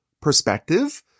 perspective